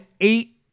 eight